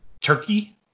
turkey